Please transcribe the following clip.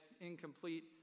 incomplete